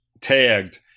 tagged